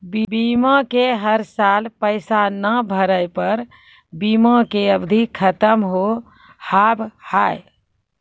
बीमा के हर साल पैसा ना भरे पर बीमा के अवधि खत्म हो हाव हाय?